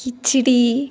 khichdi